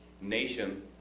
Nation